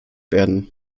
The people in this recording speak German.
werden